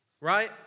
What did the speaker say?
right